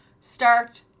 Start